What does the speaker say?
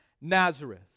Nazareth